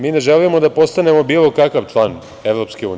Mi ne želimo da postanemo bilo kakav član EU.